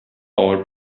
our